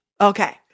Okay